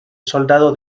soldado